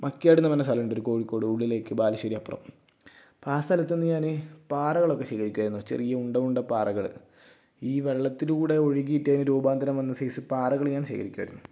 മക്ക്യാട്ന്ന് പറഞ്ഞ സ്ഥലമുണ്ട് ഒരു കോഴിക്കോട് ഉള്ളിലേയ്ക്ക് ബാലശ്ശേരി അപ്പുറം അപ്പം ആ സ്ഥലത്തുനിന്ന് ഞാന് പാറകളൊക്കെ ശേഖരിക്കുവായിരുന്നു ചെറിയ ഉണ്ട ഉണ്ട പാറകള് ഈ വെള്ളത്തിലൂടെ ഒഴുകീട്ട് അതിന് രൂപാന്തരം വന്ന സെസ്സ് പാറകള് ഞാൻ ശേഖരിയ്ക്കുവായിരുന്നു